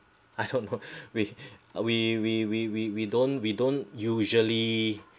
I don't know are we are we we we we we don't we don't usually